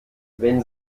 wenn